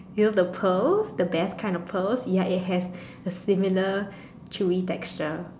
you know the pearls the best kind of pearls ya it has a similar chewy texture